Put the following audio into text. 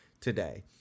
today